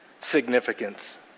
significance